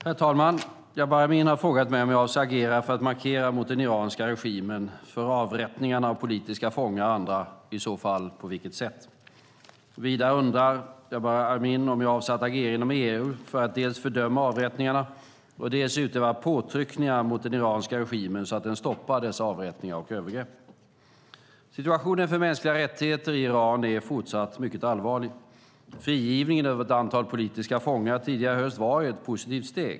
Herr talman! Jabar Amin har frågat mig om jag avser att agera för att markera mot den iranska regimen för avrättningarna av politiska fångar och andra, och i så fall på vilka sätt. Vidare undrar Jabar Amin om jag avser att agera inom EU för att dels fördöma avrättningarna och dels utöva påtryckningar mot den iranska regimen så att den stoppar dessa avrättningar och övergrepp. Situationen för de mänskliga rättigheterna i Iran är fortsatt mycket allvarlig. Frigivningen av ett antal politiska fångar tidigare i höstas var ett positivt steg.